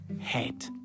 head